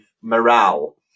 morale